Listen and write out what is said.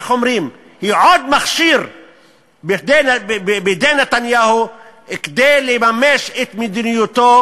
היא עוד מכשיר בידי נתניהו כדי לממש את מדיניותו,